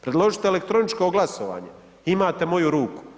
Predložite elektroničko glasovanje, imate moju ruku.